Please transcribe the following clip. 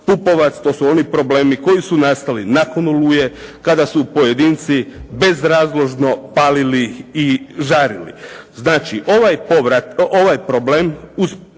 To su oni problemi koji su nastali nakon "Oluje", kada su pojedinci bezrazložno palili i žarili.